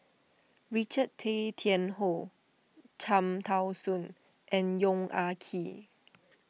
Richard Tay Tian Hoe Cham Tao Soon and Yong Ah Kee